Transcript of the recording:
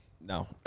No